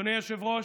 אדוני היושב-ראש,